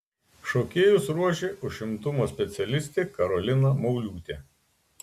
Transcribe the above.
šokėjus ruošė užimtumo specialistė karolina mauliūtė